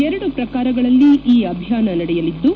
ಎರಡು ಪ್ರಕಾರಗಳಲ್ಲಿ ಈ ಅಭಿಯಾನ ನಡೆಯಲಿದ್ದು